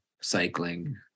cycling